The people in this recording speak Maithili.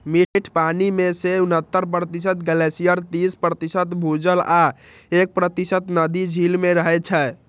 मीठ पानि मे सं उन्हतर प्रतिशत ग्लेशियर, तीस प्रतिशत भूजल आ एक प्रतिशत नदी, झील मे रहै छै